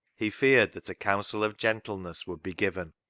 he feared that a counsel of gentleness would be given,